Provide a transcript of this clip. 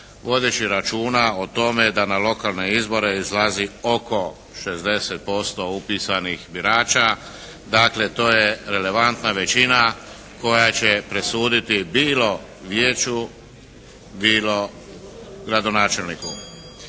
vodeći računa o tome da na lokalne izbora izlazi oko 60% upisanih birača. Dakle, to je relevantna većina koja će presuditi bilo vijeću, bilo gradonačelniku.